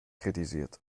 kritisiert